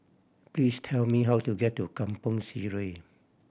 please tell me how to get to Kampong Sireh